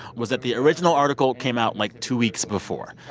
was that the original article came out, like, two weeks before.